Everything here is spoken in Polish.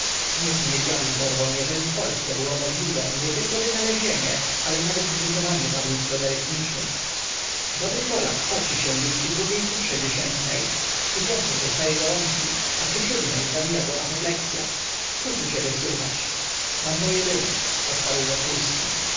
niech mnie dyabli porwą jeżeli w polsce było możliwem nietylko wynalezienie ale nawet drukowanie tablic logarytmicznych dobry polak poci się już przy drugiej cyfrze dziesiętnej przy piątej dostaje gorączki a przy siódmej zabija go apopleksya cóż u ciebie słychać mam pojedynek odparł wokulski